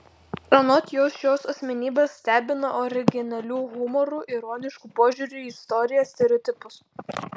anot jos šios asmenybės stebina originaliu humoru ironišku požiūriu į istoriją stereotipus